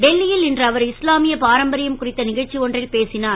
டெல்லியில் இன்று அவர் இஸ்லாமிய பாரம்பரியம் குறித்த நிகழ்ச்சி ஒன்றில் பேசினார்